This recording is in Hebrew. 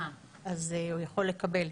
ויכול לקבל.